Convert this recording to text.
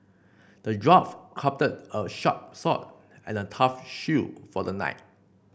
the dwarf crafted a sharp sword and a tough shield for the knight